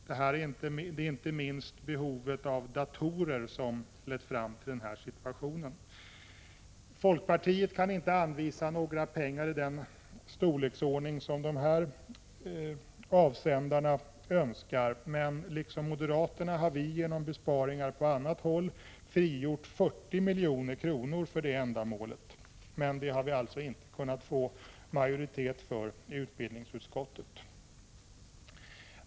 Det är inte minst behovet av datorer som lett fram till den här situationen. Folkpartiet kan inte anvisa några pengar i den storleksordning som avsändar na av den här skrivelsen önskar, men liksom moderaterna har vi genom besparingar på annat håll frigjort 40 milj.kr. för det ändamålet. Men det har vi alltså inte kunnat få majoritet för i utbildningsutskottet.